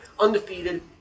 Undefeated